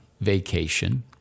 vacation